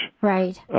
Right